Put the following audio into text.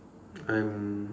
I'm